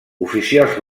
oficials